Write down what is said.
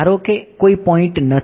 ધારો કે કોઈ પોઈન્ટ નથી